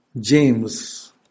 James